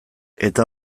eta